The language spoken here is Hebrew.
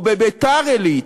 או בביתר-עילית,